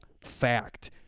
fact